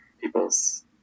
people's